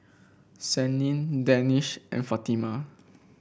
Senin Danish and Fatimah